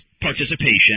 participation